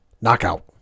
knockout